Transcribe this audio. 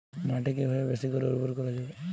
মাটি কিভাবে বেশী করে উর্বর করা যাবে?